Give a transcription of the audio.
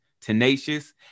tenacious